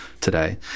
today